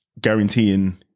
guaranteeing